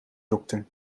dokter